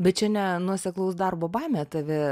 bet čia ne nuoseklaus darbo baimė tave